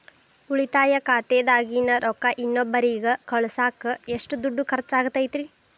ಉಳಿತಾಯ ಖಾತೆದಾಗಿನ ರೊಕ್ಕ ಇನ್ನೊಬ್ಬರಿಗ ಕಳಸಾಕ್ ಎಷ್ಟ ದುಡ್ಡು ಖರ್ಚ ಆಗ್ತೈತ್ರಿ?